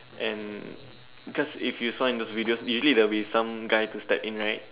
and because if you saw in the videos usually there will be some guy to step in right